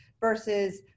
versus